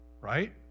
right